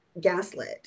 gaslit